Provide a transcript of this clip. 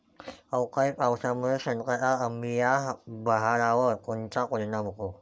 अवकाळी पावसामुळे संत्र्याच्या अंबीया बहारावर कोनचा परिणाम होतो?